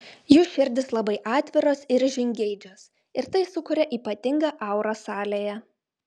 jų širdys labai atviros ir žingeidžios ir tai sukuria ypatingą aurą salėje